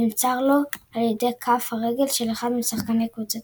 נמסר לו על ידי כף הרגל של אחד משחקני קבוצתו.